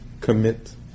commit